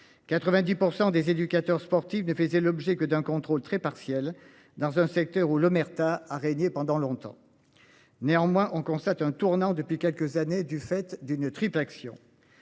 90% des éducateurs sportifs ne faisait l'objet que d'un contrôle très partiel dans un secteur où l'omerta a régné pendant longtemps. Néanmoins, on constate un tournant depuis quelques années du fait d'une triple action.